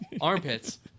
Armpits